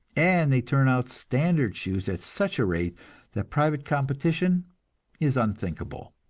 and they turn out standard shoes at such a rate that private competition is unthinkable.